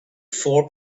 four